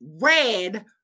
red